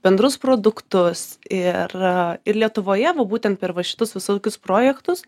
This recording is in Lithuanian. bendrus produktus ir ir lietuvoje va būtent per va šitus visokius projektus